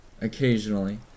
occasionally